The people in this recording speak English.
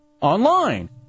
online